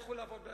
לכו לעבוד,